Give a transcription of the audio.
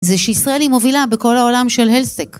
זה שישראל היא מובילה בכל העולם של הלסק.